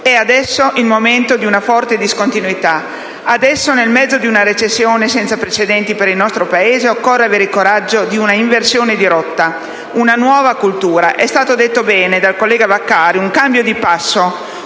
È adesso il momento di una forte discontinuità; adesso, nel mezzo di una recessione senza precedenti per il nostro Paese, occorre avere il coraggio di un'inversione di rotta, di una nuova cultura - com'è stato detto bene dal collega Vaccari - e di un cambio di passo,